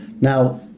Now